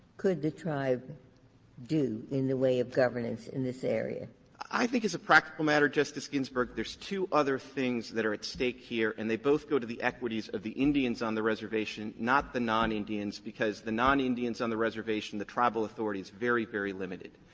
could the tribe do in the way of governance in this area? clement i think as a practical matter, justice ginsburg, there's two other things that are at stake here, and they both go to the equities of the indians on the reservation, not the non-indians, because the non-indians on the reservation, the tribal authority is very, very limited.